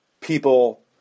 people